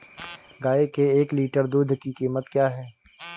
गाय के एक लीटर दूध की कीमत क्या है?